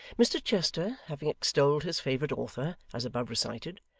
mr chester, having extolled his favourite author, as above recited,